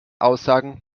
aussagen